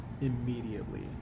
immediately